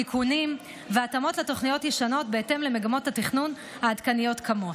תיקונים והתאמות לתוכניות ישנות בהתאם למגמות התכנון העדכניות כיום.